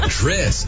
Chris